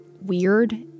weird